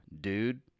dude